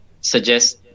suggest